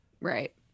Right